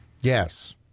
Yes